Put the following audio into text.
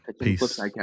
peace